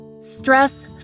Stress